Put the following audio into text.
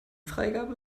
freigabe